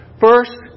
First